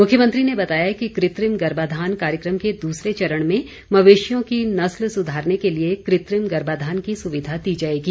मुख्यमंत्री ने बताया कि कृत्रिम गर्भाधान कार्यक्रम के दूसरे चरण में मवेशियों की नस्ल सुधारने के लिए कृत्रिम गर्भाधान की सुविधा दी जाएगी